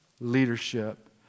Leadership